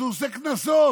אז הוא עושה קנסות.